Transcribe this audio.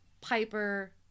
Piper